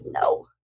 no